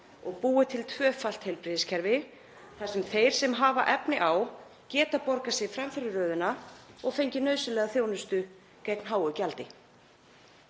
og búið til tvöfalt heilbrigðiskerfi þar sem þeir sem hafa efni á geta borgað sig fram fyrir röðina og fengið nauðsynlega þjónustu gegn háu gjaldi.